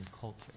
culture